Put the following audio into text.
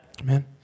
Amen